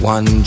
One